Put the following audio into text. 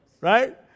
right